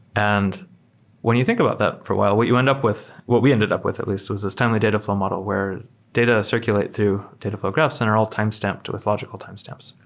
and when you think about that for a while, what you end up with what we ended up with at least was this timely dataflow model where data circulate through dataflow graph center all time stamped with logical time stamps.